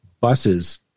buses